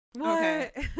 Okay